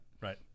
right